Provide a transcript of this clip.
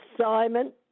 Simon